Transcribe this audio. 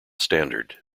standard